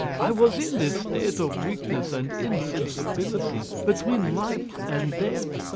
i was in this state of weakness and insensibility, between life and death,